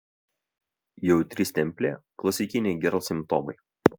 jautri stemplė klasikiniai gerl simptomai